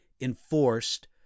enforced